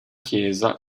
chiesa